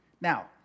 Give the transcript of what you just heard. Now